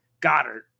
Goddard